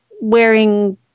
wearing